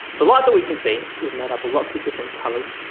the light that we can see is made up of lots of different colours,